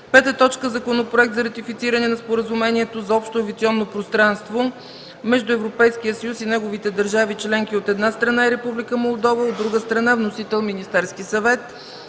съвет. 5. Законопроект за ратифициране на Споразумението за общо авиационно пространство между Европейския съюз и неговите държави членки, от една страна, и Република Молдова, от друга страна. Вносител: Министерският съвет.